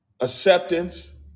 acceptance